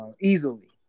easily